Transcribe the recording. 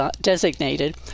designated